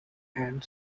and